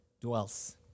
dwells